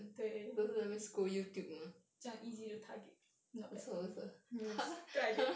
对这样 easy to target not bad good idea